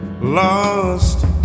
lost